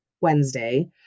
wednesday